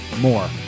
more